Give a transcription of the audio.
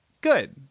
Good